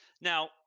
Now